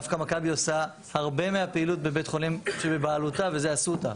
דווקא מכבי עושה הרבה מהפעילות בבית חולים שבבעלותה וזה אסותא.